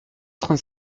trente